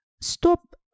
Stop